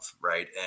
Right